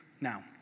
now